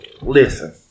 listen